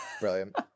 brilliant